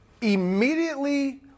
immediately